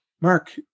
Mark